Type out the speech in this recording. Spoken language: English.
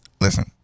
listen